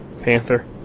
panther